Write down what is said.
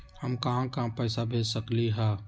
हम कहां कहां पैसा भेज सकली ह?